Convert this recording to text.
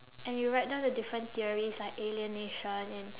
and you write down the different theories like alienation and